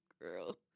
Girl